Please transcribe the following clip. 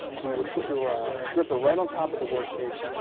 so you would put your ah grr-ripper right on top of the work piece,